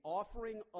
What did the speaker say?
offering